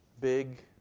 big